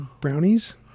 brownies